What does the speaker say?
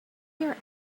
hear